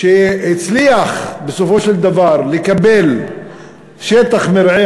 והוא הצליח בסופו של דבר לקבל שטח מרעה